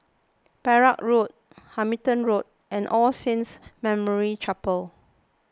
Perak Road Hamilton Road and All Saints Memorial Chapel